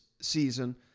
season